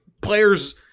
players